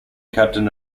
captain